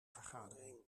vergadering